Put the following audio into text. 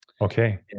Okay